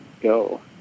go